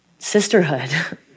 Sisterhood